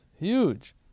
huge